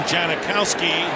Janikowski